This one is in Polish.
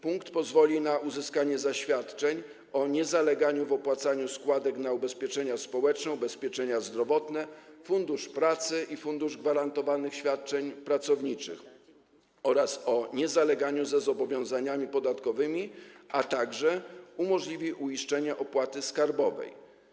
Punkt pozwoli na uzyskanie zaświadczeń o niezaleganiu w opłacaniu składek na ubezpieczenia społeczne, ubezpieczenia zdrowotne, Fundusz Pracy i Fundusz Gwarantowanych Świadczeń Pracowniczych oraz o niezaleganiu ze zobowiązaniami podatkowymi, a także umożliwi uiszczenie opłaty skarbowej.